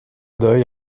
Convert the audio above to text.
d’œil